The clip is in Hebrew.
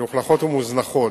מלוכלכות ומוזנחות.